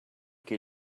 que